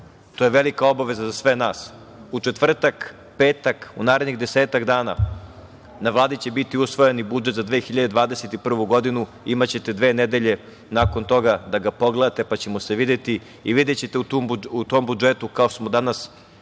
To je velika obaveza za sve nas.U četvrtak, pet, u narednih desetak dana na Vladi će biti usvojeni budžet za 2021. godinu, imaćete dve nedelje nakon toga da ga pogledate pa ćemo se videti i videćete u tom budžetu, kao što smo danas